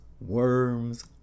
worms